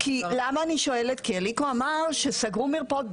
כי אליקו אמר שסגרו מרפאות.